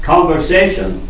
Conversation